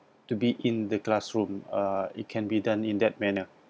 to be in the classroom uh it can be done in that manner